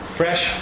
fresh